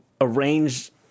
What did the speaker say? arrange